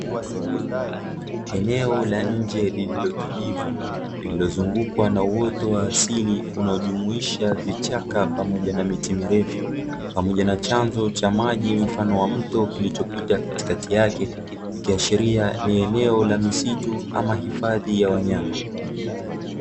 Eneo la nje lililotulivu lililozungukwa na uoto wa asili inayo jumuisha vichaka pamoja na miti mirefu, pamoja na chanzo cha maji mfano wa mto kilichopita katikati yake. Ikiashiria ni eneo la misitu ama hifadhi ya wanyama.